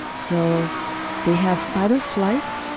so they have fight or flight,